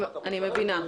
אני מבינה.